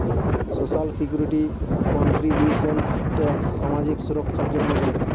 social security contributions tax সামাজিক সুররক্ষার জন্য দেয়